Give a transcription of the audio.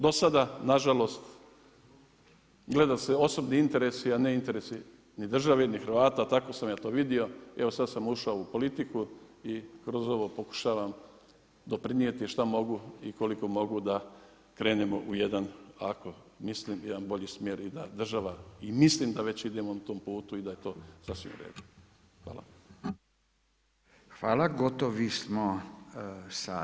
Do sada nažalost, gleda se osobni interesi a ne interesi ni države ni Hrvata, a tako sam ja to vidio i evo sam sad ušao u politiku i kroz ovo pokušavam doprinijeti šta mogu i koliko mogu da krenemo u jedan ako, mislim jedan bolji smjer i da država i mislim da već idemo tom putu i da je to sasvim u redu.